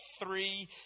three